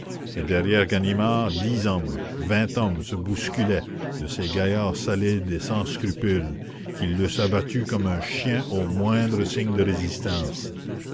et derrière ganimard dix hommes vingt hommes se bousculaient de ces gaillards solides et sans scrupules qui l'eussent abattu connue un chien au moindre signe de résistance